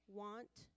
want